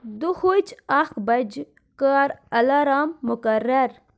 دۄہِچۍ اَکِہ بجہِ کر الارام مُقرر